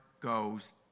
goes